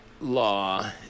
law